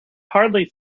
hardly